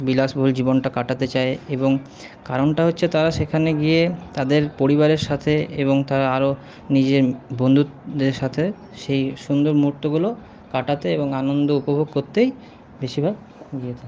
বিলাসবহুল জীবনটা কাটাতে চায় এবং কারণটা হচ্ছে তারা সেখানে গিয়ে তাদের পরিবারের সাথে এবং তারা আরও নিজের বন্ধুদের সাথে সেই সুন্দর মুহূর্তগুলো কাটাতে এবং আনন্দ উপভোগ করতেই বেশিরভাগ গিয়ে থাকে